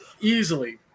easily